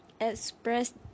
express